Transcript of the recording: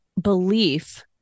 belief